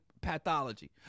pathology